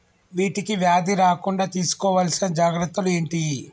వీటికి వ్యాధి రాకుండా తీసుకోవాల్సిన జాగ్రత్తలు ఏంటియి?